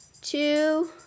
two